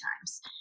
times